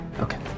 Okay